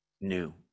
new